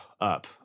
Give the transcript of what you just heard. up